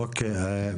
אוקיי.